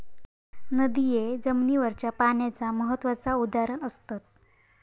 नदिये जमिनीवरच्या पाण्याचा महत्त्वाचा उदाहरण असत